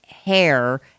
Hair